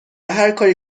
هرکاری